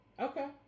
Okay